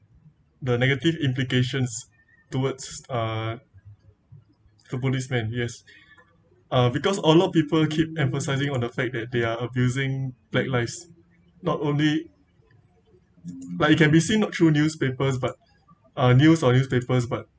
the negative implications towards uh the policemen yes uh because a lot of people keep emphasizing on the fact that they are abusing black lives not only like you can be seen through newspapers but uh news or newspapers but